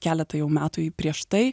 keletą jau metų prieš tai